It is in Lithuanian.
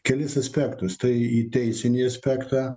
kelis aspektus tai į teisinį aspektą